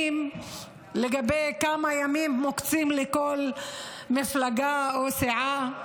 לגבי כמה ימים מוקצים לכל מפלגה או סיעה.